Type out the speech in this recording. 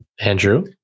Andrew